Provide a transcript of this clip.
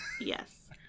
Yes